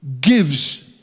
Gives